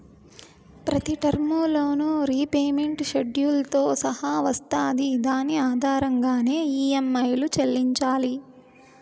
ప్రతి term loan repayment షెడ్యూల్తో సహా వస్తాది దాని ఆధారంగానే ఈ.యం.ఐలు చెల్లించాలి